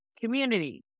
community